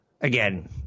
Again